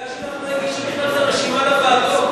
המפלגה שלך עוד לא השלימה את הרשימה לוועדות,